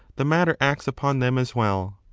the matter acts upon them as well.